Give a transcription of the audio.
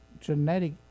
genetic